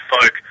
folk